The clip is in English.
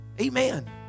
Amen